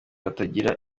hatagira